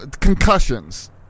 concussions